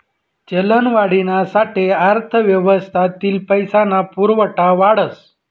चलनवाढीना साठे अर्थव्यवस्थातील पैसा ना पुरवठा वाढस